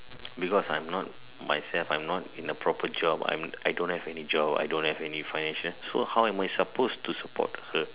because I'm not myself I'm not in a proper job I'm I don't have any job I don't have any financial so how am I supposed to support her